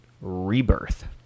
rebirth